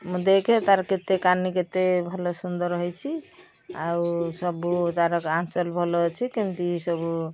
ଦେଖ୍ ତାର କେତେ କାନି କେତେ ଭଲ ସୁନ୍ଦର ହେଇଛି ଆଉ ସବୁ ତାର ଆଞ୍ଚଲ ଭଲ ଅଛି କେମିତି ସବୁ